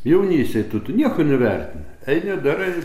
jaunystėj tu tu nieko neverti eini darai